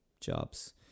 jobs